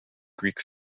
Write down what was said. greek